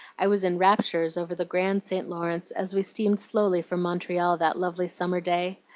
i was in raptures over the grand st. lawrence as we steamed slowly from montreal that lovely summer day.